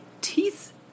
teeth